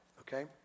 okay